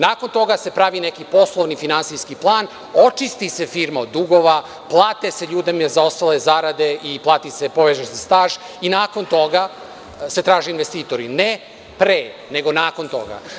Nakon toga se pravi neki poslovni finansijski plan, očisti se firma od dugova, plate se ljudima zaostale zarade i poveže se staž i nakon toga se traže investitori, ne pre, nego nakon toga.